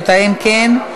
אם כן,